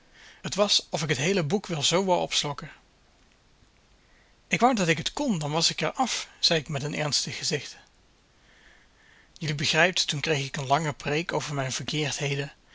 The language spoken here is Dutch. t was of ik het heele boek wel zoo wou opslokken ik wou dat ik het kon dan was ik er af zei ik met een ernstig gezicht jullie begrijpt toen kreeg ik een lange preek over mijn verkeerdheden